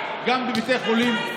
גם שבעת בתי החולים,